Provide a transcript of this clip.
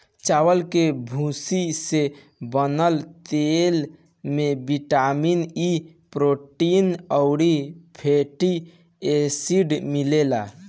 चावल के भूसी से बनल तेल में बिटामिन इ, प्रोटीन अउरी फैटी एसिड मिलेला